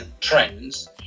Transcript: trends